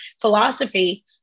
philosophy